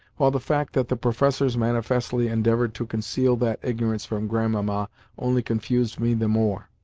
while the fact that the professors manifestly endeavoured to conceal that ignorance from grandmamma only confused me the more.